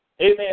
Amen